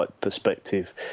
Perspective